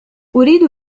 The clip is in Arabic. أريد